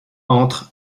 entre